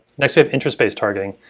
next we have interest-based targeting.